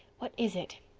what is it?